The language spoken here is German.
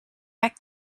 back